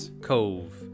Cove